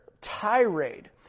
tirade